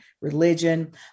religion